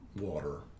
water